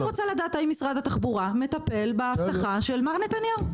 אני רוצה לדעת האם משרד התחבורה מטפל בהבטחה של מר נתניהו.